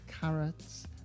carrots